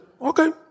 okay